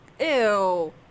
ew